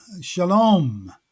Shalom